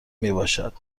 میباشد